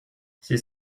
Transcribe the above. c’est